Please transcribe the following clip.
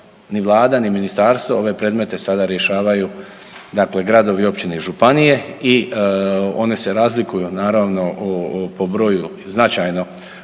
ni vlada, ni ministarstvo, ove predmete sada rješavaju dakle gradovi, općine i županije i one se razlikuju naravno po broju i značajno